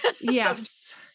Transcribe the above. Yes